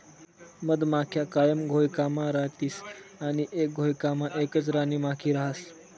मधमाख्या कायम घोयकामा रातीस आणि एक घोयकामा एकच राणीमाखी रहास